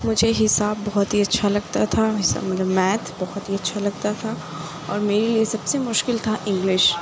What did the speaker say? مجھے حساب بہت ہی اچھا لگتا تھا حساب مطلب میتھ بہت ہی اچھا لگتا تھا اور میرے لیے سب سے مشکل تھا انگلش